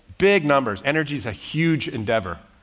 big numbers. energy's a huge endeavor,